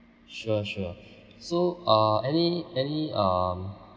sure sure so uh any any um